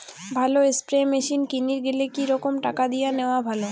ভালো spray machine কিনির গেলে কি রকম টাকা দিয়া নেওয়া ভালো?